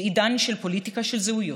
בעידן של פוליטיקה של זהויות,